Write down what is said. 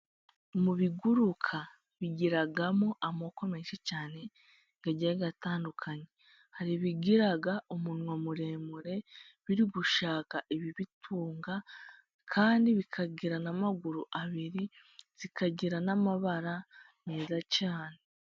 Mu biguruka, bigiramo amoko menshi cyane agiye atandukanye: hari ibigira umunwa muremure biri gushaka ibibitunga, kandi bikagira n'amaguru abiri, zikagira n'amabara meza cyane.